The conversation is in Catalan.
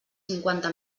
cinquanta